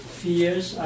fears